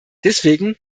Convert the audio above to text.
deswegen